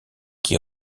qui